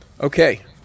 Okay